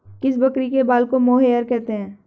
किस बकरी के बाल को मोहेयर कहते हैं?